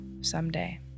someday